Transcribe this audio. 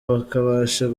bakabasha